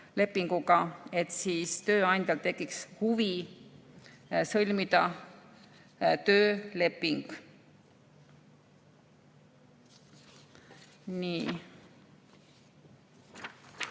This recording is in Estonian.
siis tööandjal tekiks huvi sõlmida tööleping.